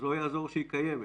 לא יעזור שהיא קיימת.